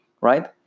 right